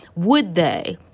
would they,